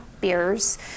beers